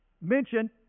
mention